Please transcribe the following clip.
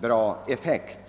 god effekt.